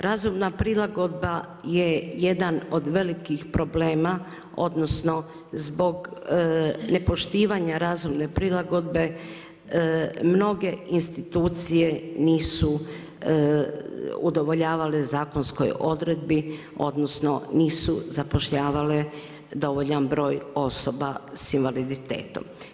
Razumna prilagodba je jedan od velikih problema odnosno zbog nepoštivanja razumne prilagodbe, mnoge institucije nisu udovoljavale zakonskoj odredbi odnosno nisu zapošljavale dovoljan broj osoba sa invaliditetom.